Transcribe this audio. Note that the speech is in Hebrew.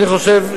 אני חושב,